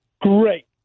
Great